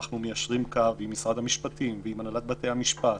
אנחנו מיישרים קו עם משרד המשפטים ועם הנהלת בתי המשפט.